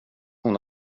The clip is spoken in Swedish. hon